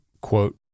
quote